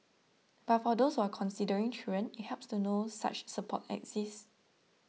but for those who are considering children it helps to know such support exists